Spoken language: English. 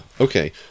Okay